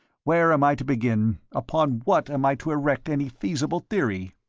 where am i to begin, upon what am i to erect any feasible theory?